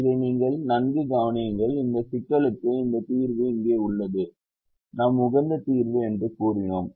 இதை நீங்கள் நன்கு கவனியுங்கள் இந்த சிக்கலுக்கு இந்த தீர்வு இங்கே உள்ளது நாம் உகந்த தீர்வு என்று கூறினோம்